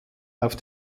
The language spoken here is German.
auf